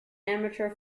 amateur